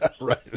Right